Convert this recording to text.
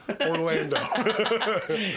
Orlando